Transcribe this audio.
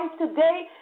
today